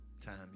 time